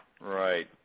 Right